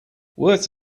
worse